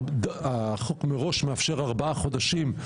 החוק מראש מאפשר ארבעה חודשים,